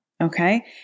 okay